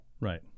Right